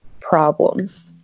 problems